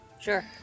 sure